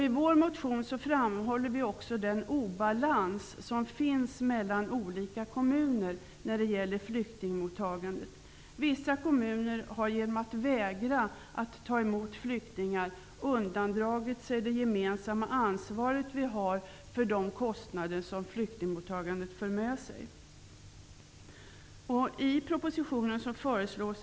I vår motion framhåller vi också den obalans som finns mellan olika kommuner när det gäller flyktingmottagandet. Vissa kommuner har genom vägran att ta emot flyktingar undandragit sig det gemensamma ansvar som vi har för de kostnader som flyktingmottagandet för med sig. personer.